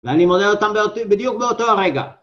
ואני מודד אותם בדיוק באותו הרגע.